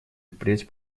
впредь